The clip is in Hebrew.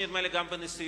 נדמה לי שגם בנשיאות,